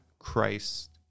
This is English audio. Christ